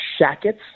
shackets